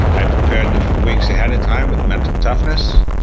i prepared them for weeks ahead of time with mental toughness.